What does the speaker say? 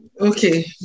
Okay